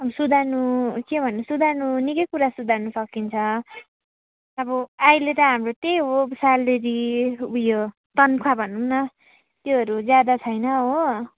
सुधार्नु के भन्ने सुधार्नु निकै कुरा सुधार्नु सकिन्छ अब अहिले त हाम्रो त्यही हो स्यालरी उयो तनखा भनौँ न त्योहरू ज्यादा छैन हो